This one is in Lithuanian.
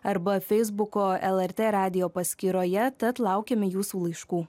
arba feisbuko lrt radijo paskyroje tad laukiame jūsų laiškų